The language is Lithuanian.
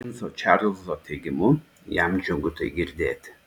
princo čarlzo teigimu jam džiugu tai girdėti